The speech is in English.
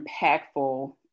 impactful